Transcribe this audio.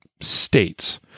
states